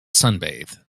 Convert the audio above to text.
sunbathe